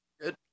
good